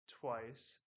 twice